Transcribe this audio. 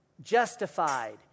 justified